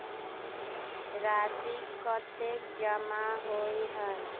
राशि कतेक जमा होय है?